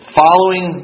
following